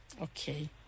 okay